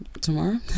tomorrow